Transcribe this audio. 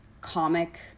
comic